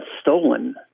stolen